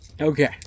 Okay